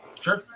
Sure